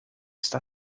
está